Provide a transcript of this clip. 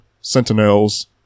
sentinels